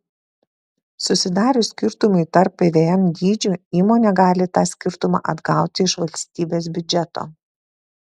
susidarius skirtumui tarp pvm dydžių įmonė gali tą skirtumą atgauti iš valstybės biudžeto